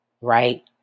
right